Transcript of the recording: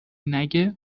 نگه